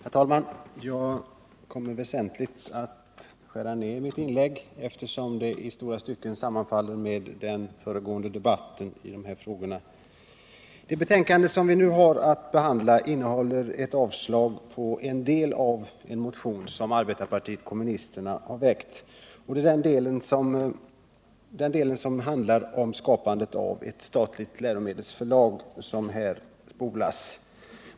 Herr talman! Jag kommer att skära ner mitt inlägg väsentligt, eftersom det i stora stycken sammanfaller med vad jag anförde i den föregående debatten kring de här frågorna. Det betänkande som vi nu har att behandla innehåller ett avstyrkande av en del av en motion som arbetarpartiet kommunisterna har väckt, nämligen den del som handlar om skapandet av ett statligt läromedelsförlag.